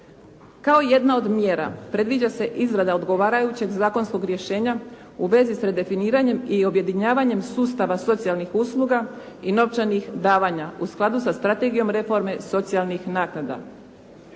Kao jedna od mjera predviđa se izrada odgovarajućeg zakonskog rješenja u svezi sa definiranjem i objedinjavanjem sustava socijalnih usluga i novčanih davanja u skladu sa strategijom reforme, socijalnih naknada.